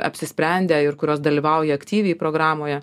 apsisprendę ir kurios dalyvauja aktyviai programoje